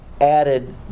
added